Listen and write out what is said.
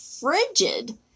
frigid